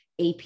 ap